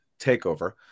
takeover